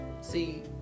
See